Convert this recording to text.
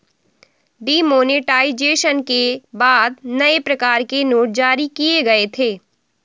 demonetisation के बाद नए प्रकार के नोट जारी किए गए थे